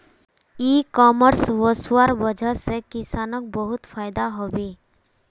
इ कॉमर्स वस्वार वजह से किसानक बहुत फायदा हबे